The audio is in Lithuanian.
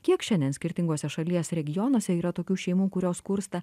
kiek šiandien skirtinguose šalies regionuose yra tokių šeimų kurios skursta